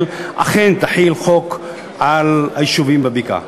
אכן תחיל את החוק על היישובים בבקעה.